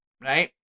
right